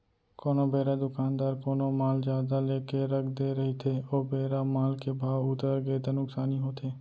कोनो बेरा दुकानदार कोनो माल जादा लेके रख दे रहिथे ओ बेरा माल के भाव उतरगे ता नुकसानी होथे